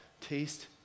taste